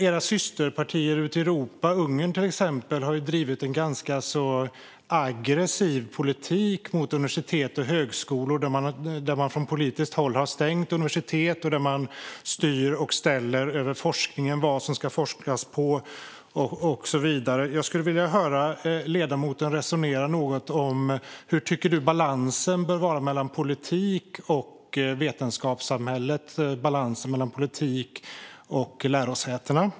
Era systerpartier ute i Europa, till exempel Ungern, har drivit en ganska aggressiv politik mot universitet och högskolor. Man har från politiskt håll stängt universitet och styr och ställer över forskningen, det vill säga vad som ska forskas på och så vidare. Jag skulle vilja höra dig resonera något om hur du tycker att balansen mellan politik och vetenskapssamhället bör se ut, liksom balansen mellan politik och lärosäten.